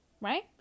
right